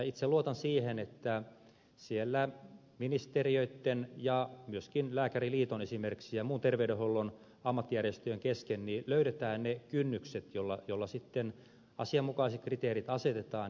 itse luotan siihen että siellä ministeriöitten ja myöskin esimerkiksi lääkäriliiton ja muiden terveydenhuollon ammattijärjestöjen kesken löydetään ne kynnykset joiden perusteella sitten asianmukaiset kriteerit asetetaan